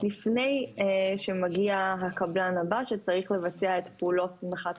לפני שמגיע הקבלן הבא שצריך לבצע את הפעולות של הנחת